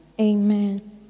Amen